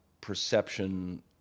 perception